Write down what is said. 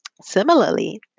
Similarly